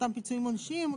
אותם פיצויים עונשיים,